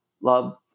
love